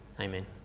Amen